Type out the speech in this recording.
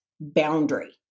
boundary